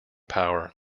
power